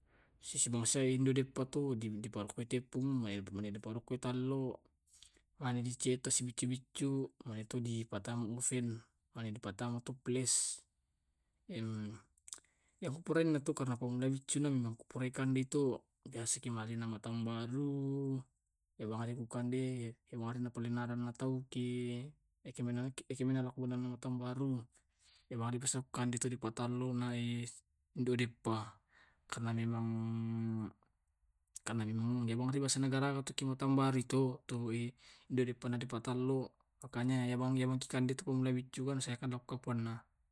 Sesa bangsai do deppa to diparokkoi tepung, mane di parokkoi tallo, mane dicetak sibuccu-biccu, mane tu dipatama oven, mane tu dipattama toples, yaki purainna to karena pamulai biccu na kupurai kandei natu biasai kemalena matahung baru, iyamane ku kandei, iyamane na palennarana tau ki eke eke mana ko ku malao matahung baru. Iyaabahang tu biasa ku kandei tu di patalluna si eh dua deppa, karena memang karena memang iyabangi biasa na garaga tu ko mettahung barui to, tu den na padipattalloi de deppana di patallo. Makanya iya bang iyabang tu kandei tu pammula biccuka, nasayalokko puanna